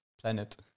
planet